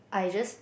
I just